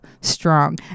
strong